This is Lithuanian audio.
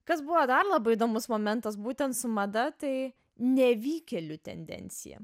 kas buvo dar labai įdomus momentas būtent su mada tai nevykėlių tendencija